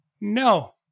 No